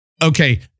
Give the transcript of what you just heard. okay